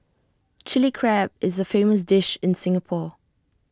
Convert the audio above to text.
Chilli Crab is A famous dish in Singapore